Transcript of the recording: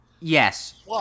Yes